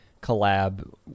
collab